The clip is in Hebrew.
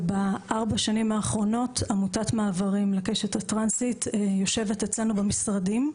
ובארבע שנים האחרונות עמותת מעברים לקשת הטרנסית יושבת אצלנו במשרדים.